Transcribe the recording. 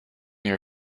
your